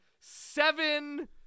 seven